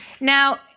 Now